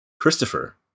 Christopher